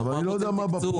אני לא יודע מה בפועל.